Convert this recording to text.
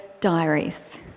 diaries